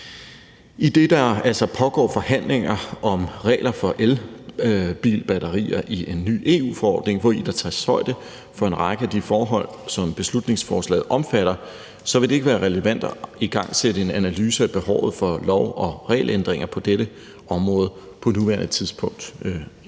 Idet der altså pågår forhandlinger om regler for elbilbatterier i en ny EU-forordning, hvori der tages højde for en række af de forhold, som beslutningsforslaget omfatter, vil det ikke være relevant at igangsætte en analyse af behovet for lov- og regelændringer på dette område på nuværende tidspunkt,